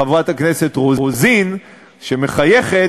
חברת הכנסת רוזין שמחייכת,